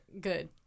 good